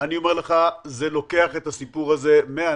אני אומר לך, זה לוקח את הסיפור הזה מהנישה